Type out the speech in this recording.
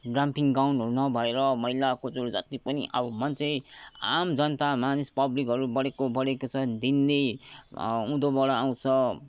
dumping ग्राउन्डहरू नभएर मैला कचडाहरू जति पनि अब मान्छे आम जनता मानिस पब्लिकहरू बढेको बढेकै छ दिनै उँधोबाट आउँछ